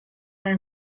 are